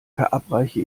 verabreiche